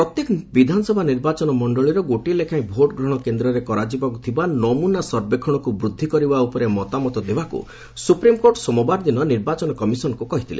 ପ୍ରତ୍ୟେକ ବିଧାନସଭା ନିର୍ବାଚନ ମଣ୍ଡଳୀର ଗୋଟିଏ ଲେଖାଏଁ ଭୋଟଗ୍ରହଣ କେନ୍ଦ୍ରରେ କରାଯିବାକୁ ଥିବା ନମୁନା ସର୍ବେକ୍ଷଣକୁ ବୃଦ୍ଧି କରିବା ଉପରେ ମତାମତ ଦେବାକୁ ସୁପ୍ରିମକୋର୍ଟ ସୋମବାରଦିନ ନିର୍ବାଚନ କମିଶନକୁ କହିଥିଲେ